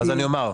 אז אני אומר,